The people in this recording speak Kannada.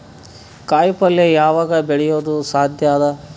ಕಾಯಿಪಲ್ಯ ಯಾವಗ್ ಬೆಳಿಯೋದು ಸಾಧ್ಯ ಅದ?